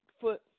foot